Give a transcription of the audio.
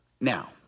Now